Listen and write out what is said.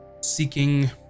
seeking